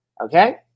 Okay